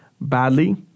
badly